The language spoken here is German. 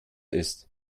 ist